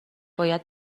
باید